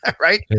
right